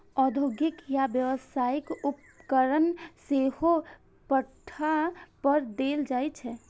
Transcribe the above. औद्योगिक या व्यावसायिक उपकरण सेहो पट्टा पर देल जाइ छै